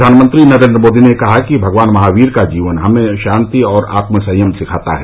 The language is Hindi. प्रधानमंत्री नरेन्द्र मोदी ने कहा है कि भगवान महावीर का जीवन हमें शांति और आत्मसंयम सिखाता है